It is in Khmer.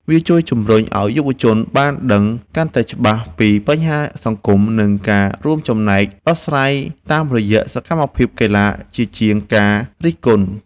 វាជួយជម្រុញឱ្យយុវជនបានយល់ដឹងកាន់តែច្បាស់ពីបញ្ហាសង្គម និងការរួមចំណែកដោះស្រាយតាមរយៈសកម្មភាពកីឡាជាជាងការរិះគន់។